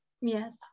Yes